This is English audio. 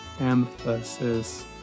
emphasis